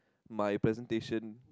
my presentation